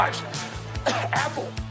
Apple